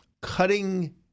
Cutting –